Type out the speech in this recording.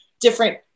different